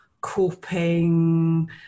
coping